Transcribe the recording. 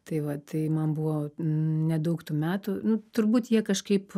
tai va tai man buvo nedaug tų metų turbūt jie kažkaip